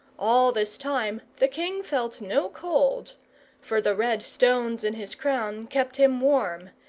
all this time the king felt no cold for the red stones in his crown kept him warm,